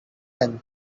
then